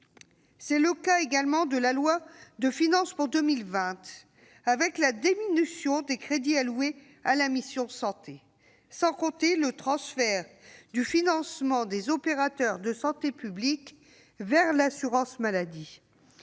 de la santé. De même, la loi de finances pour 2020 marque la diminution des crédits alloués à la mission « Santé », sans compter le transfert du financement des opérateurs de santé publique vers l'assurance maladie.